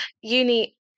uni